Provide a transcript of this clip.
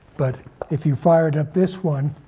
but if you fired up this one,